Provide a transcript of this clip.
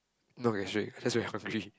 no gastric just very hungry